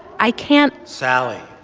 i can't. sally,